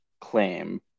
claim